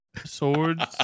Swords